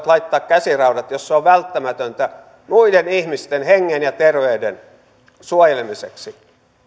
laittaa käsiraudat jos se on välttämätöntä muiden ihmisten hengen ja terveyden suojelemiseksi